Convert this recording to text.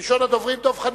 ראשון הדוברים, דב חנין,